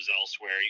elsewhere